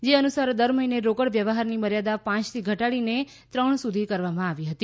જે અનુસાર દર મહિને રોકડ વ્યવહારને મર્યાદા પાંચથી ઘટાડીને ત્રણ વાર કરવામાં આવી હતી